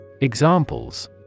Examples